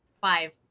Five